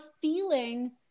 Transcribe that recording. feeling